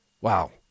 Wow